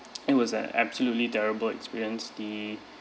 it was an absolutely terrible experience the